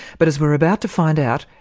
but as we're about to find out,